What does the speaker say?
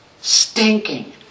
Stinking